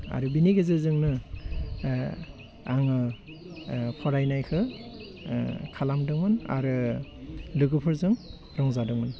आरो बिनि गेजेरजोंनो आङो फरायनायखौ खालामदोंमोन आरो लोगोफोरजों रंजादोंमोन